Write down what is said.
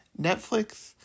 Netflix